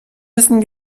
müssen